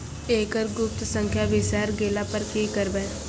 एकरऽ गुप्त संख्या बिसैर गेला पर की करवै?